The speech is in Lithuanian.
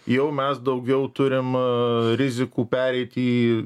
jau mes daugiau turim rizikų pereiti į